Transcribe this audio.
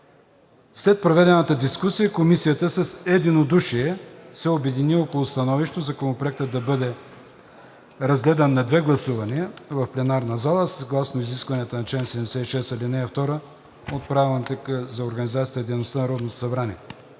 След проведената дискусия Комисията с единодушие се обедини около становището Законопроектът да бъде разгледан на две гласувания в пленарна зала съгласно изискванията на чл. 76, ал. 2 от Правилника за организацията и дейността на Народното събрание,